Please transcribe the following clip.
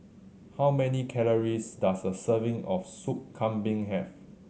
how many calories does a serving of Sup Kambing have